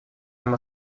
нам